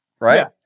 Right